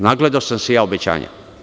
Nagledao sam se ja obećanja.